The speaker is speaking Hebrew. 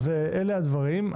אלה הדברים.